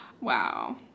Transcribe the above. Wow